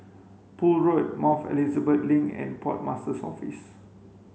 Poole Road Mount Elizabeth Link and Port Master's Office